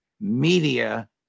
media